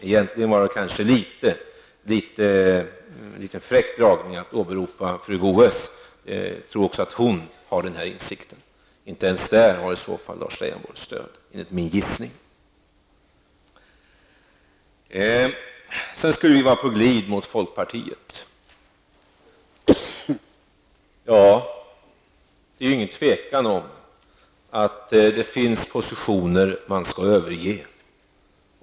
Egentligen var det en litet fräck dragning att åberopa fru Goe s. Jag tror att också hon har den insikten. Inte ens där har i så fall Lars Leijonborg stöd. Det är min gissning. Det sägs att vi skulle vara på glid mot folkpartiet. Det råder inget tvivel om att det finns positioner som man skall överge.